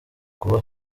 kuba